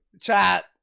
Chat